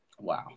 Wow